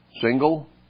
Single